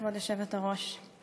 כבוד יושבת-הראש,